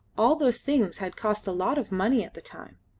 all those things had cost a lot of money at the time.